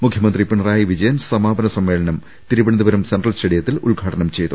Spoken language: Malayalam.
മുഖ്യമന്ത്രി പിണറായി വിജയൻ സമാപന സമ്മേളനം തിരുവനന്തപുരം സെൻട്രൽ സ്റ്റേഡിയത്തിൽ ഉദ്ഘാടനം ചെയ്തു